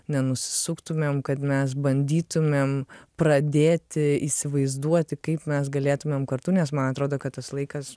nenusiktumėm kad mes bandytumėm pradėti įsivaizduoti kaip mes galėtumėm kartu nes man atrodo kad tas laikas